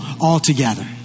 altogether